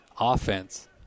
offense